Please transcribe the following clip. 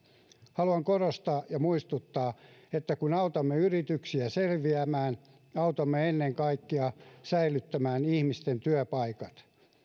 haluan korostaa ja muistuttaa että kun autamme yrityksiä selviämään autamme ennen kaikkea säilyttämään ihmisten työpaikat